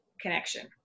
connection